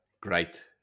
great